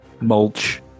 Mulch